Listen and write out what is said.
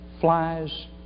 flies